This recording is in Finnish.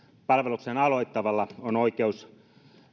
palveluksen aloittavalla on oikeus